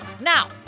Now